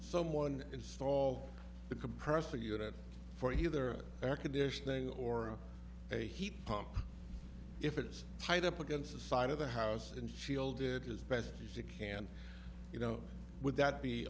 compressor unit for either air conditioning or a heat pump if it is tied up against the side of the house and shielded as best you can you know would that be